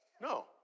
No